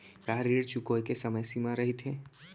का ऋण चुकोय के समय सीमा रहिथे?